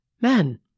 men